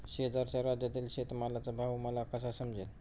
शेजारच्या राज्यातील शेतमालाचा भाव मला कसा समजेल?